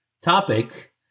topic